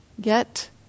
get